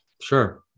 Sure